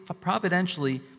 providentially